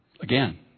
Again